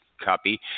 copy